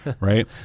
Right